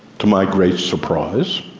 to my great surprise.